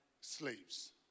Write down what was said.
slaves